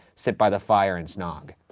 sit by the fire and snog.